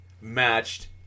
matched